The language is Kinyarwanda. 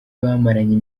bamaranye